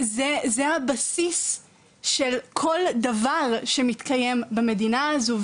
הבסיס של כל דבר שמתקיים במדינה הזו,